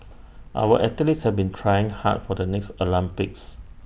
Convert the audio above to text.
our athletes have been trying hard for the next Olympics